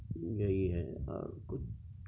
یہی ہے اور کچھ